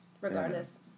Regardless